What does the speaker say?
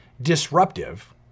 disruptive